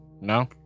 No